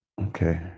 okay